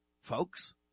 folks